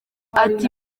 ati